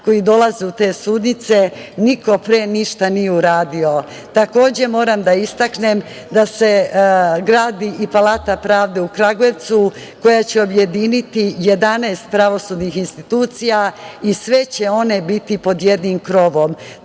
koji dolaze u te sudnice, niko pre ništa nije uradio. Takođe, moram da istaknem da se gradi i palata pravde u Kragujevcu, koja će objediniti 11 pravosudnih institucija i sve će one biti pod jednim krovom.